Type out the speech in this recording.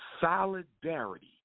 Solidarity